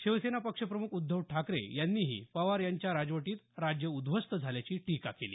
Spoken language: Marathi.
शिवसेना पक्ष प्रमुख उद्धव ठाकरे यांनीही पवार यांच्या राजवटीत राज्य उद्ध्वस्त झाल्याची टीका केली